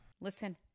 Listen